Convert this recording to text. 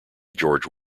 george